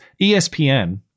ESPN